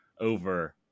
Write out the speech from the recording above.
over